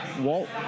Walt